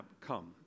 come